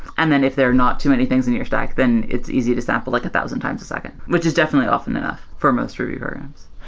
and then if there are not too many things in your stack, then it's easy to sample like a thousand times a second, which is definitely often enough for most ruby programs.